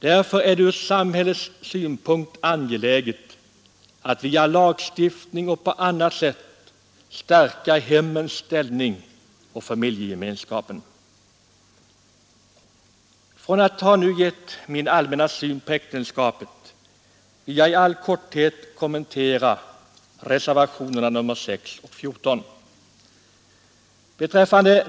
Därför är det ur samhällets synpunkt angeläget att via lagstiftning och på annat sätt stärka hemmets ställning och familjegemenskapen. Efter att nu ha redovisat min allmänna syn på äktenskapet vill jag i all korthet kommentera reservationerna 6 och 14 vid lagutskottets betänkande nr 20.